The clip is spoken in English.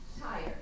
tired